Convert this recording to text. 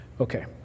Okay